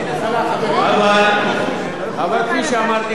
אבל כפי שאמרתי כמה פעמים היום,